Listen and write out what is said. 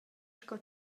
sco